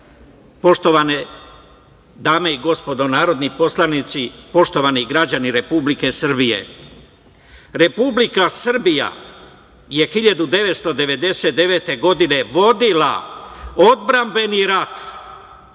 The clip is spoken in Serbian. citat. Poštovane dame i gospodo narodni poslanici, poštovani građani Republike Srbije, Republika Srbija je 1999. godina vodila odbrambeni rat.